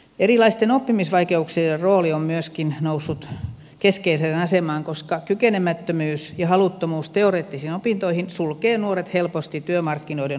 erilaisten oppimisvaikeuksien rooli on myöskin noussut keskeiseen asemaan koska kykenemättömyys ja haluttomuus teoreettisiin opintoihin sulkee nuoret helposti työmarkkinoiden ulkopuolelle